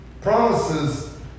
Promises